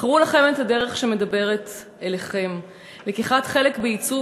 בחרו לכם את הדרך שמדברת אליכם: לקיחת חלק בעיצוב